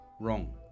Wrong